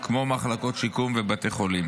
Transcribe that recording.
כמו מחלקות שיקום בבתי חולים.